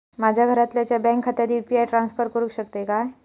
माझ्या घरातल्याच्या बँक खात्यात यू.पी.आय ट्रान्स्फर करुक शकतय काय?